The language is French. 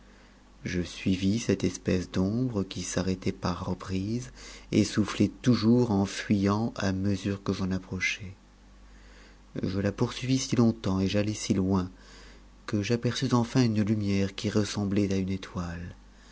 je suiv cette espèce d'ombre qui s'arrêtait par reprises et soufflait toujours e fuyant à mesure que j'approchais je la poursuivis si longtemps et jax si loin que j'aperçus enfin une lumière qui ressemblait à une étoile